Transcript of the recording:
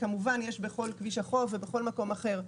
פקקים שכמובן יש בכל כביש החוף ובכל מקום אחר.